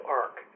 arc